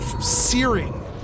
searing